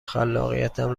خلاقیتم